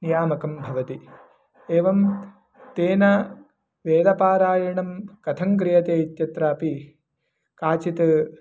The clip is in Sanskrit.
नियामकं भवति एवं तेन वेदपारायणं कथं क्रियते इत्यत्रापि काचित्